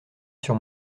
sur